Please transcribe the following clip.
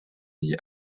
nie